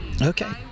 Okay